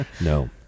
no